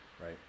Right